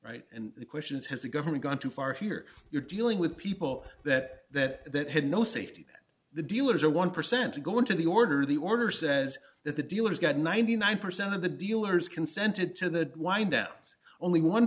right and the question is has the government gone too far here you're dealing with people that had no safety at the dealers or one percent to go into the order the order says that the dealers got ninety nine percent of the dealers consented to the wind outs only one